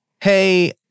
Hey